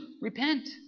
repent